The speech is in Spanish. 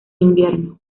invierno